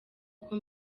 uko